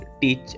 teach